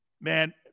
Man